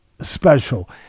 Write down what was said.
special